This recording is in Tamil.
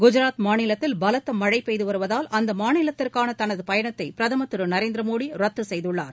குஜாத் மாநிலத்தில் பலத்த மழை பெய்து வருவதால் அம்மாநிலத்திற்கான தனது பயணத்தை பிரதமர் திரு நரேந்திரமோடி ரத்து செய்துள்ளார்